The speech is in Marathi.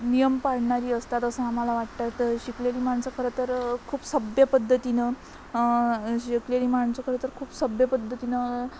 नियम पाळणारी असतात असं आम्हाला वाटतं तर शिकलेली माणसं खरं तर खूप सभ्य पद्धतीनं शिकलेली माणसं खरं तर खूप सभ्य पद्धतीनं